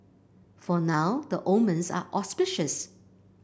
for now the omens are auspicious